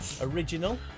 Original